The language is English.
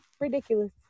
ridiculous